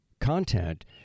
content